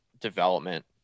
development